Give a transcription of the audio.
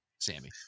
Sammy